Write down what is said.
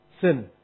Sin